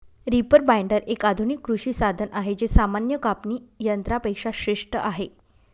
reaper binder, एक आधुनिक कृषी साधन आहे जे सामान्य कापणी यंत्रा पेक्षा श्रेष्ठ आहे